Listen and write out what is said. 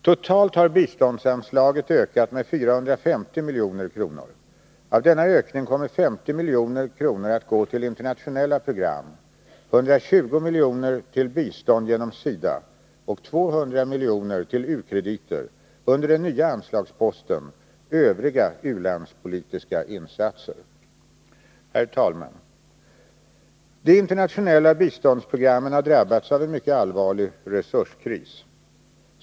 Totalt har biståndsanslaget ökat med 450 milj.kr. Av denna ökning kommer 50 milj.kr. att gå till internationella program, 120 milj.kr. till bistånd genom SIDA och 200 milj.kr. till u-krediter under den nya anslagsposten Övriga u-landspolitiska insatser. Herr talman! De internationella biståndsprogrammen har drabbats av en mycket allvarlig resurskris.